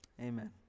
Amen